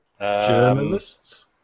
Journalists